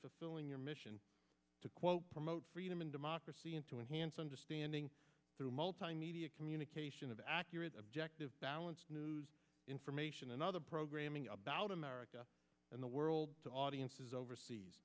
fulfilling your mission to quote promote freedom and democracy and to enhance understanding through multimedia communication of accurate objective balanced news information and other programming about america and the world to audiences overseas